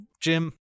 Jim